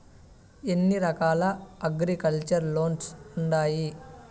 ఎన్ని రకాల agriculture loans ఉండాయి